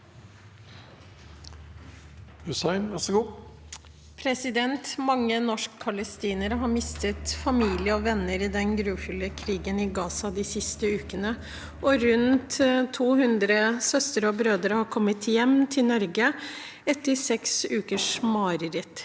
«Mange norsk-pa- lestinere har mistet familie og venner i den grufulle krigen i Gaza de siste ukene, og rundt 200 søstre og brødre har kommet hjem til Norge etter et seks ukers mareritt,